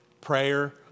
prayer